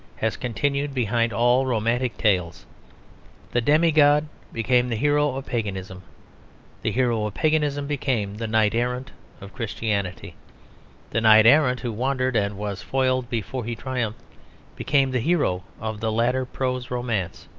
has continued behind all romantic tales the demi-god became the hero of paganism the hero of paganism became the knight-errant of christianity the knight-errant who wandered and was foiled before he triumphed became the hero of the later prose romance,